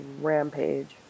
rampage